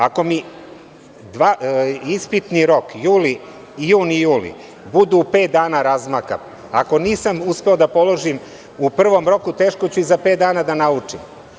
Ako mi ispitni rok juni i juli budu u pet dana razmaka, ako nisam uspeo da položim u prvom roku, teško ću za pet dana da naučim.